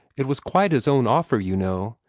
it was quite his own offer, you know.